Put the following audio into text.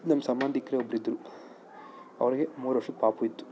ನಮ್ಮ ಸಂಬಂಧಿಕ್ರೇ ಒಬ್ರಿದ್ರು ಅವ್ರಿಗೆ ಮೂರು ವರ್ಷದ ಪಾಪು ಇತ್ತು